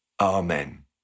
amen